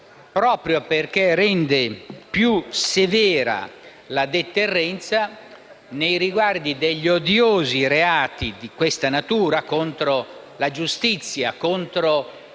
proprio perché rende più severa la deterrenza nei riguardi degli odiosi reati di questa natura contro la giustizia e contro